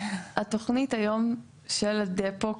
התוכנית היום של הדפו,